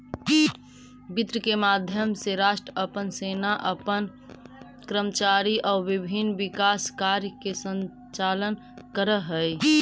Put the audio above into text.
वित्त के माध्यम से राष्ट्र अपन सेना अपन कर्मचारी आउ विभिन्न विकास कार्य के संचालन करऽ हइ